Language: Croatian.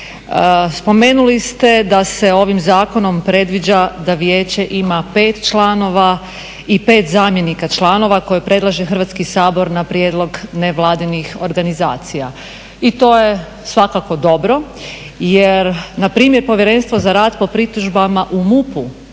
spomenuli ste da se ovim zakonom predviđa da vijeće ima pet članova i pet zamjenika članova koje predlaže Hrvatski sabor na prijedlog nevladinih organizacija i to je svakako dobro jer npr. Povjerenstvo za rad po pritužbama u MUP-u